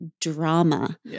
drama